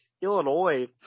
Illinois